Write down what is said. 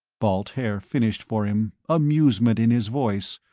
balt haer finished for him, amusement in his voice.